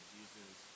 Jesus